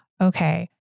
okay